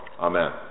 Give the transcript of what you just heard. Amen